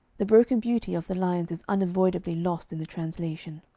the broken beauty of the lines is unavoidably lost in the translation.